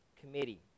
committee